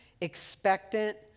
expectant